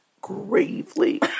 Gravely